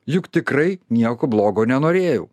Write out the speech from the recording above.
juk tikrai nieko blogo nenorėjau